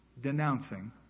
denouncing